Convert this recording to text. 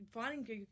finding